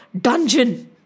dungeon